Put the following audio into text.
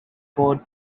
code